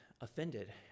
offended